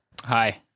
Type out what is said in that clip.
Hi